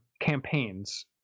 campaigns